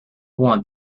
want